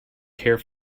care